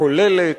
כוללת,